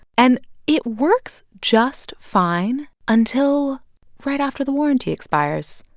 and it works just fine until right after the warranty expires.